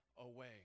away